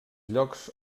llocs